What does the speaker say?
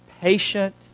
patient